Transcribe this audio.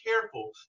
careful